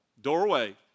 Doorway